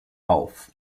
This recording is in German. auf